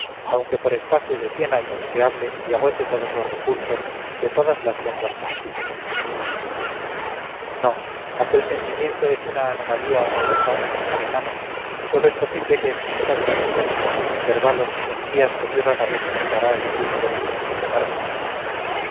aunque por espacio de cien años te hable y agote todos los recursos de todas las lenguas conocidas no aquel sentimiento es una anomalía horrorosa en el ser humano y sólo es posible que exista durante cortísimos intervalos en días que muy rara vez contará el tiempo en su infinita marcha